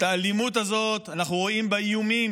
ואת האלימות הזאת אנחנו רואים באיומים,